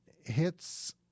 hits